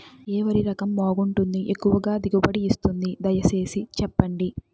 ఏ వరి రకం బాగుంటుంది, ఎక్కువగా దిగుబడి ఇస్తుంది దయసేసి చెప్పండి?